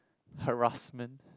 harassment